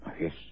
Yes